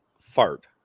fart